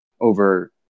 over